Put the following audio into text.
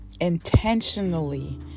intentionally